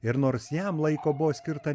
ir nors jam laiko buvo skirta